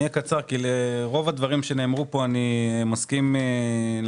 אהיה קצר כי לרוב הדברים שנאמרו פה אני מסכים לחלוטין.